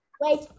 Wait